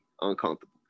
uncomfortable